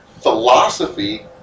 philosophy